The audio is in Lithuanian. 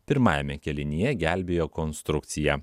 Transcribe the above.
pirmajame kėlinyje gelbėjo konstrukcija